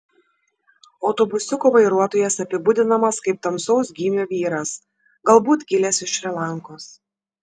autobusiuko vairuotojas apibūdinamas kaip tamsaus gymio vyras galbūt kilęs iš šri lankos